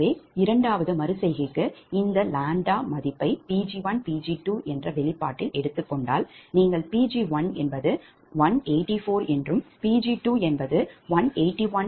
எனவே இரண்டாவது மறு செய்கைக்கு இந்த 𝜆 மதிப்பை Pg1Pg2 என்ற வெளிப்பாட்டில் எடுத்துக் கொண்டால் நீங்கள் Pg1184 என்றும் Pg2 181